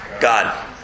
God